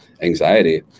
anxiety